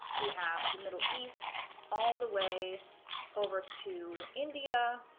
we have the middle east all the way over to india,